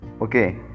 Okay